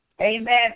Amen